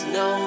no